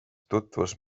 tutvus